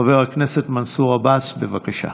חבר הכנסת מנסור עבאס, בבקשה.